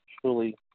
truly